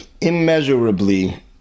immeasurably